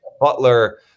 butler